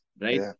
right